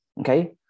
Okay